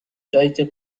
جاییکه